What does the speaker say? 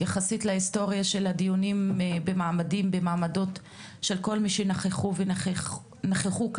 יחסית להיסטוריה של הדיונים במעמד של כל מי שנכחו כאן.